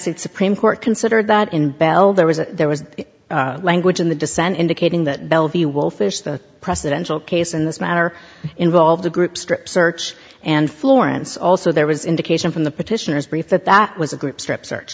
states supreme court considered that in bell there was a there was language in the dissent indicating that bellevue wolfish the presidential case in this matter involved a group strip search and florence also there was indication from the petitioners brief that that was a group strip search